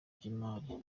by’imari